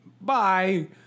Bye